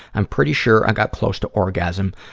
i'm pretty sure i got close to orgasm,